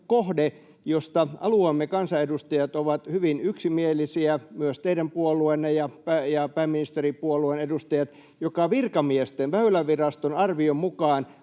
josta alueemme kansanedustajat ovat hyvin yksimielisiä, myös teidän puolueenne ja pääministeripuolueen edustajat, ja joka virkamiesten, Väyläviraston, arvion mukaan